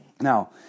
Now